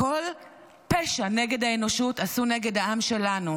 כל פשע נגד האנושות עשו נגד העם שלנו,